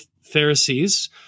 Pharisees